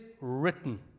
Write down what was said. written